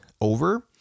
over